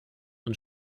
und